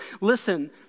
listen